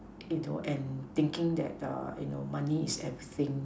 you know and thinking that err you know money is everything